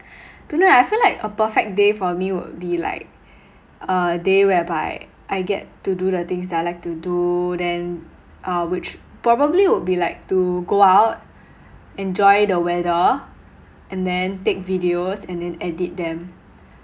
don't know I feel like a perfect day for me would be like a day whereby I get to do the things that I like to do then uh which probably would be like to go out enjoy the weather and then take videos and then edit them